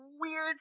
weird